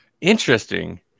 Interesting